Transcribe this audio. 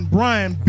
Brian